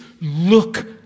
look